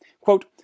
Quote